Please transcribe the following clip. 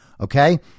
okay